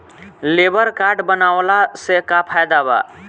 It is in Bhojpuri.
लेबर काड बनवाला से का फायदा बा?